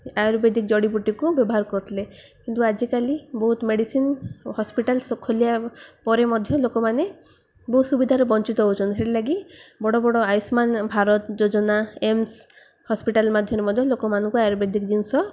ଆୟୁର୍ବେଦିକ ଜଡ଼ିିବୁଟିକୁ ବ୍ୟବହାର କରୁଥିଲେ କିନ୍ତୁ ଆଜିକାଲି ବହୁତ ମେଡ଼ିସିନ୍ ହସ୍ପିଟାଲସ୍ ଖୋଲିବା ପରେ ମଧ୍ୟ ଲୋକମାନେ ବହୁତ ସୁବିଧାରେ ବଞ୍ଚିତ ହଉଛନ୍ତି ସେଥିଲାଗି ବଡ଼ ବଡ଼ ଆୟୁଷ୍ମାନ ଭାରତ ଯୋଜନା ଏମ୍ସ ହସ୍ପିଟାଲ୍ ମାଧ୍ୟମରେ ମଧ୍ୟ ଲୋକମାନଙ୍କୁ ଆୟୁର୍ବେଦିକ ଜିନିଷ